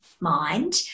mind